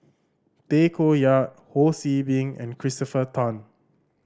Tay Koh Yat Ho See Beng and Christopher Tan